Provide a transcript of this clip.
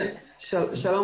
שלום,